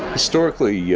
historically, yeah